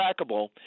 trackable